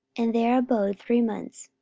and there abode three months.